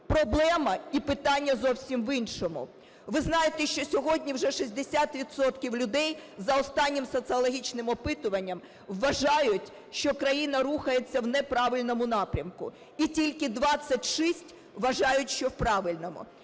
Проблема і питання зовсім в іншому. Ви знаєте, що сьогодні вже 60 відсотків людей, за останнім соціологічним опитуванням, вважають, що країна рухається в неправильному напрямку, і тільки 26 вважають, що у правильному.